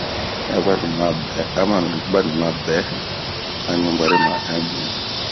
Aba abani, ma bɛ a ɲuguari ma ɛnbin